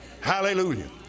Hallelujah